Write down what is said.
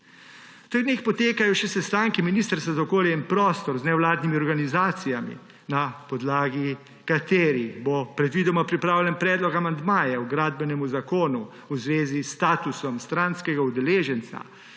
V teh dneh potekajo še sestanki Ministrstva za okolje in prostor z nevladnimi organizacijami, na podlagi katerih po predvidoma pripravljen predlog amandmaja h Gradbenemu zakonu v zvezi s statusom stranskega udeleženca